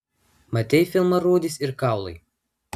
matei filmą rūdys ir kaulai